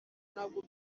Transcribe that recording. ntabwo